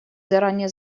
заранее